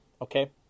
okay